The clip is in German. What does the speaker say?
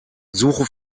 suche